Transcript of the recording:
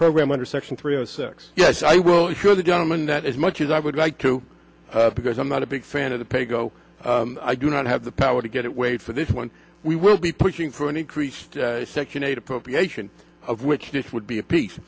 program under section three zero six yes i will if you're the gentleman that as much as i would like to because i'm not a big fan of the pay go i do not have the power to get it wait for this when we will be pushing for an increased section eight appropriation of which this would be a piece